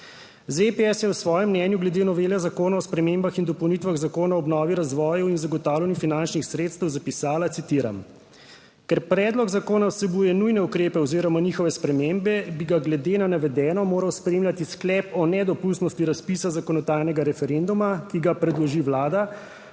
ZPS je v svojem mnenju glede novele Zakona o spremembah in dopolnitvah Zakona o obnovi, razvoju in zagotavljanju finančnih sredstev zapisala, citiram: "Ker predlog zakona vsebuje nujne ukrepe oziroma njihove spremembe bi ga glede na navedeno moral spremljati sklep o nedopustnosti razpisa zakonodajnega referenduma, ki ga predloži Vlada